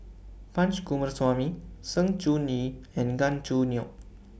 Punch Coomaraswamy Sng Choon Yee and Gan Choo Neo